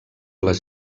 les